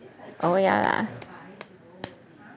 oh yeah lah